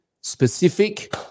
specific